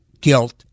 guilt